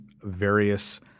various